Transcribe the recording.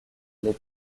les